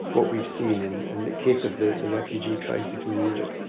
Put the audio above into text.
what we've seen in and the case of the refugee crisis in europe.